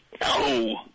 No